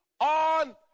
on